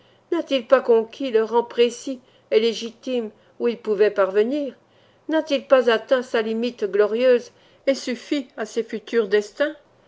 n'a-t-il pas conquis le rang précis et légitime où il pouvait parvenir n'a-t-il pas atteint sa limite glorieuse et suffi à ses futurs destins